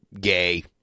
gay